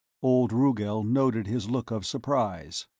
old rugel noted his look of surprise.